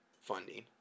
funding